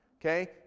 Okay